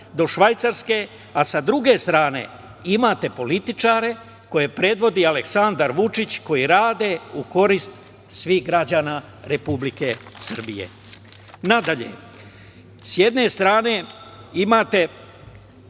do Švajcarske, a sa druge strane imate političare koje predvodi Aleksandar Vučić, koji rade u korist svih građana Republike Srbije. Nadalje, s jedne strane imali smo,